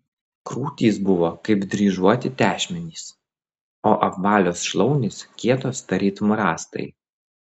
krūtys buvo kaip dryžuoti tešmenys o apvalios šlaunys kietos tarytum rąstai